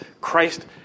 Christ